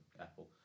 Apple